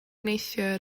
neithiwr